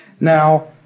Now